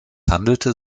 handelte